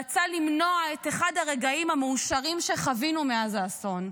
רצה למנוע את אחד הרגעים המאושרים שחווינו מאז האסון,